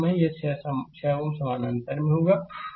तो यह 6 Ω समानांतर में होगा